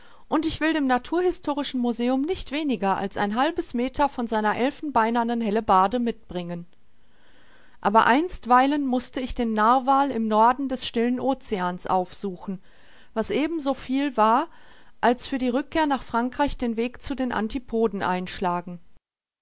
und ich will dem naturhistorischen museum nicht weniger als ein halbes meter von seiner elfenbeinernen hellebarde mitbringen aber einstweilen mußte ich den narwal im norden des stillen oceans aufsuchen was ebensoviel war als für die rückkehr nach frankreich den weg zu den antipoden einschlagen